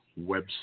website